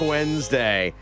Wednesday